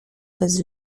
bez